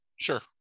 Sure